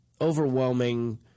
overwhelming